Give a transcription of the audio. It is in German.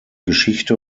geschichte